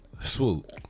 Swoop